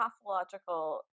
pathological